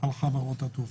על חברות התעופה.